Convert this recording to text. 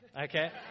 okay